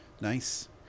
Nice